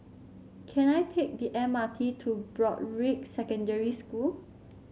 can I take the M R T to Broadrick Secondary School